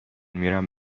میرم